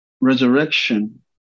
resurrection